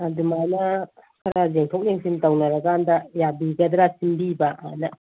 ꯑꯗꯨꯃꯥꯏꯅ ꯈꯔ ꯌꯦꯡꯊꯣꯛ ꯌꯦꯡꯁꯤꯟ ꯇꯧꯅꯔꯀꯥꯟꯗ ꯌꯥꯕꯤꯒꯗ꯭ꯔꯥ ꯄꯤꯕꯤꯕ ꯑꯅ